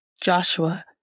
Joshua